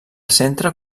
centre